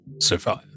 survive